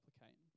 replicate